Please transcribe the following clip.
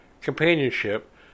companionship